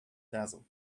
dazzled